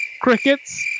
Crickets